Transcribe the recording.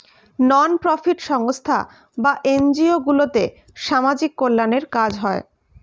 নন profit সংস্থা বা NGO গুলোতে সামাজিক কল্যাণের কাজ হয়